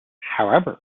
however